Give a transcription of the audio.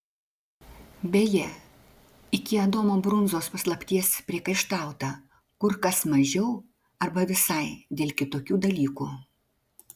beje iki adomo brunzos paslapties priekaištauta kur kas mažiau arba visai dėl kitokių dalykų